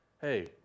hey